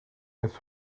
his